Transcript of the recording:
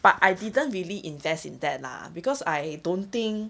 but I didn't really invest in that lah because I don't think